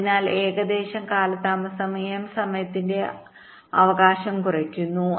അതിനാൽ ഏകദേശം കാലതാമസം m സമയത്തിന്റെ അവകാശം കുറയ്ക്കുന്നു